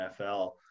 NFL